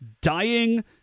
dying